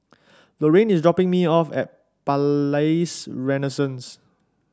Loraine is dropping me off at Palais Renaissance